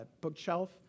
bookshelf